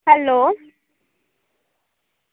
hello